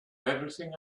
everything